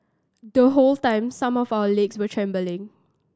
the whole time some of our legs were trembling